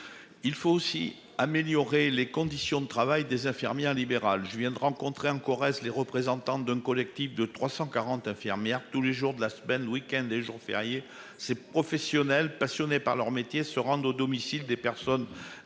Il faut aussi améliorer les conditions de travail des infirmières libérales. Je viens de rencontrer en Corrèze, les représentants d'un collectif de 340 infirmière tous les jours de la semaine le week-end et jours fériés. Ces professionnels passionnés par leur métier se rendent au domicile des personnes dépendantes